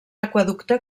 aqüeducte